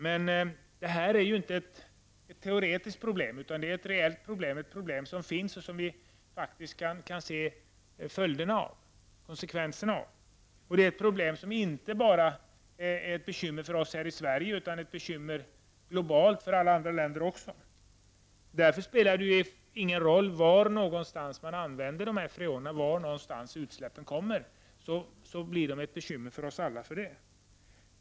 Men det här är inte ett teoretiskt problem, utan det är ett reellt problem, ett problem som finns och som vi faktiskt kan se konsekvenserna av. Det är ett bekymmer inte bara för oss i Sverige utan det är ett globalt bekymmer. Därför spelar det ingen roll var dessa freoner används eller var utsläppen sker. De blir ett bekymmer för oss alla oavsett var detta sker.